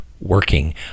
working